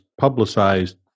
publicized